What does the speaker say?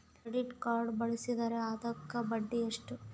Credit card ಬಳಸಿದ್ರೇ ಅದಕ್ಕ ಬಡ್ಡಿ ಎಷ್ಟು?